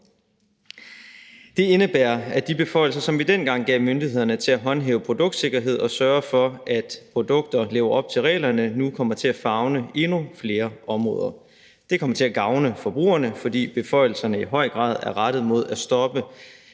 Det indebærer, at de beføjelser, som vi dengang gav myndighederne til at håndhæve produktsikkerhed og sørge for, at produkter lever op til reglerne, nu kommer til at favne endnu flere områder. Det kommer til at gavne forbrugerne, fordi beføjelserne i høj grad er rettet imod at stoppe